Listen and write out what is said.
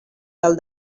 del